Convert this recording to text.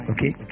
Okay